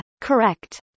correct